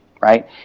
right